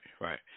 right